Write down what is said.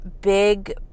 big